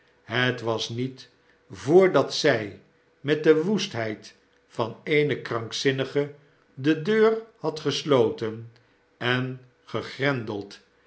het was niet voordat zij met de woestheid van eene krankzinnige de deur had gesloteri en